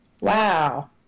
Wow